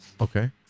Okay